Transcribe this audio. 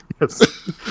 Yes